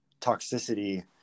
toxicity